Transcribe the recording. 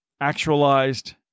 actualized